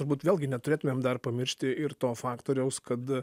turbūt vėlgi neturėtumėm dar pamiršti ir to faktoriaus kad